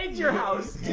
your house!